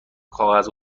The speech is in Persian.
کاغذ